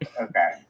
Okay